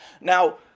Now